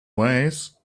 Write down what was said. ways